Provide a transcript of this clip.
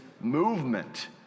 movement